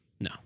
No